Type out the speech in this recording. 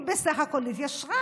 היא בסך הכול התיישרה.